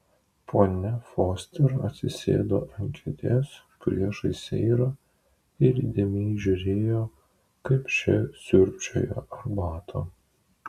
ponia foster atsisėdo ant kėdės priešais seirą ir įdėmiai žiūrėjo kaip ši siurbčioja arbatą